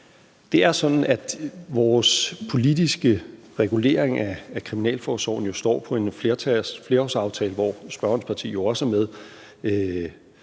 Det er sådan, at den politiske regulering af kriminalforsorgen står på en flerårsaftale, som spørgerens parti jo også er med